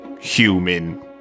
human